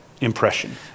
impression